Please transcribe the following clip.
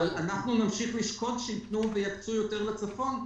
אבל אנחנו נמשיך לשקוד שייתנו ויקצו יותר לצפון.